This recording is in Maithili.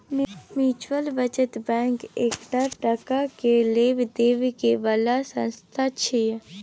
म्यूच्यूअल बचत बैंक एकटा टका के लेब देब करे बला संस्था छिये